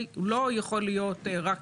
לא יכול להיות רק